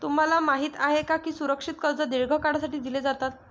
तुम्हाला माहित आहे का की सुरक्षित कर्जे दीर्घ काळासाठी दिली जातात?